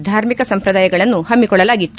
ಧಾರ್ಮಿಕ ಸಂಪ್ರದಾಯಗಳನ್ನು ಹಮ್ಲಿಕೊಳ್ಳಲಾಗಿತ್ತು